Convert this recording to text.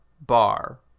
bar